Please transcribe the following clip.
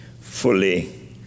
fully